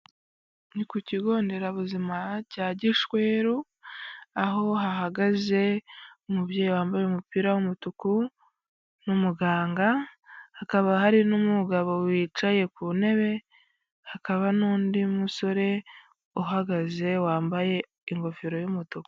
Ni ku kigo nderabuzima cya Gishweru aho hahagaze umubyeyi wambaye umupira w'umutuku n'umuganga hakaba hari n'umugabo wicaye ku ntebe, hakaba nu'ndi musore uhagaze wambaye ingofero y'umutuku.